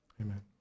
Amen